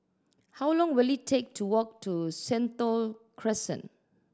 how long will it take to walk to Sentul Crescent